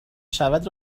شود